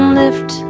lift